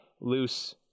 loose